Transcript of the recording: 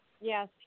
yes